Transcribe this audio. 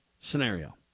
scenario